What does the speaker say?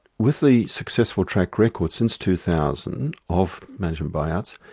with the successful track record since two thousand of management buyouts,